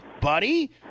buddy